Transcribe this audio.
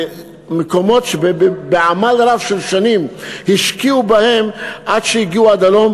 זה מקומות שבעמל רב של שנים השקיעו בהם עד שהגיעו עד הלום,